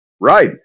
Right